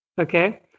Okay